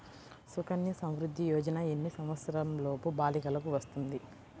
సుకన్య సంవృధ్ది యోజన ఎన్ని సంవత్సరంలోపు బాలికలకు వస్తుంది?